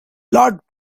lord